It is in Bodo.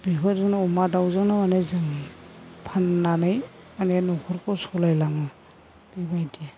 बेफोरजोंनो अमा दाउजोंनो अनेक जों फाननानै माने न'खरखौ सालायलाङो बेबायदि